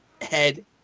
head